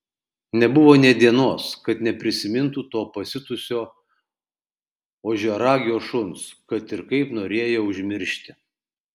nebuvo nė dienos kad neprisimintų to pasiutusio ožiaragio šuns kad ir kaip norėjo užmiršti